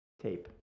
tape